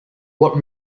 what